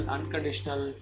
Unconditional